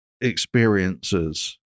experiences